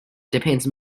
depends